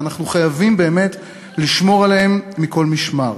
ואנחנו חייבים באמת לשמור עליהם מכל משמר.